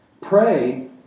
Pray